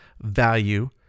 value